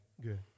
good